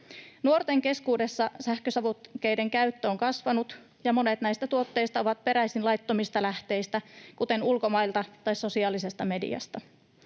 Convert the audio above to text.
Nuorten keskuudessa sähkösavukkeiden käyttö on kasvanut, ja monet näistä tuotteista ovat peräisin laittomista lähteistä, kuten ulkomailta tai sosiaalisesta mediasta.